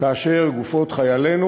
כאשר גופות חיילינו,